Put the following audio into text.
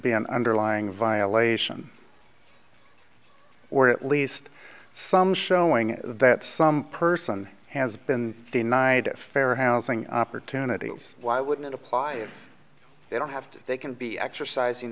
be an underlying violation or at least some showing that some person has been denied fair housing opportunities why wouldn't apply if they don't have to they can be exercising